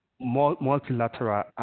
multilateral